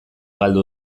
galdu